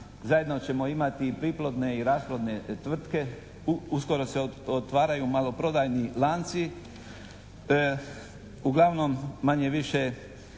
zajedno ćemo imati priplodne i rasplodne tvrtke. Uskoro se otvaraju maloprodajni lanci. Uglavnom, manje-više